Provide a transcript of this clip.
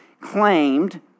claimed